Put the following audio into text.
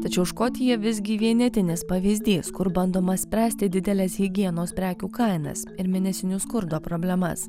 tačiau škotija visgi vienetinis pavyzdys kur bandoma spręsti dideles higienos prekių kainas ir mėnesinių skurdo problemas